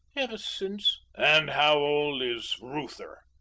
ever since and how old is reuther?